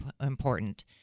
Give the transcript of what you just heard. important